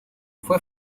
fue